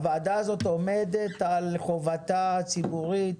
הוועדה הזאת עומדת על חובתה הציבורית